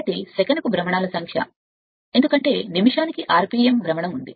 కాబట్టి సెకనుకు భ్రమణాలు సంఖ్య ఎందుకంటే నిమిషానికి ఆర్పిఎమ్ భ్రమణం ఉంది